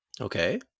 Okay